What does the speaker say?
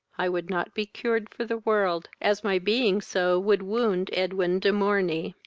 i would not be cured for the world, as my being so would wound edwin de morney.